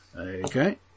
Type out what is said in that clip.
Okay